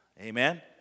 Amen